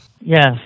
Yes